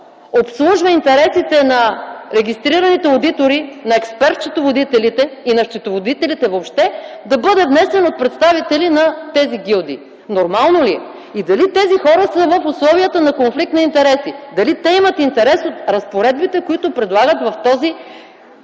обслужва интересите на регистрираните одитори, на експерт-счетоводителите и на счетоводителите въобще, да бъде внесен от представители на тези гилдии? Нормално ли е? Дали тези хора са в условията на конфликт на интереси? Дали те имат интерес от разпоредбите, които предлагат в този